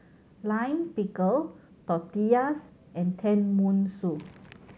Lime Pickle Tortillas and Tenmusu